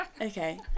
Okay